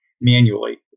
manually